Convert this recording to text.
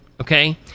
Okay